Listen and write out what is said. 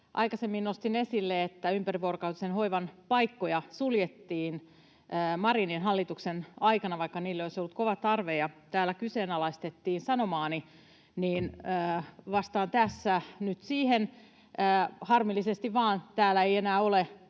aikaisemmin nostin esille, että ympärivuorokautisen hoivan paikkoja suljettiin Marinin hallituksen aikana, vaikka niille olisi ollut kova tarve, niin täällä kyseenalaistettiin sanomaani. Vastaan tässä nyt siihen. Harmillisesti vaan täällä paikalla ei enää ole